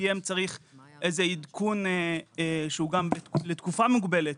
פיהם צריך איזה עדכון שהוא לתקופה מוגבלת,